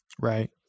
right